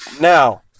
Now